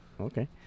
Okay